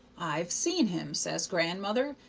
i've seen him says grandmother,